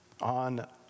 on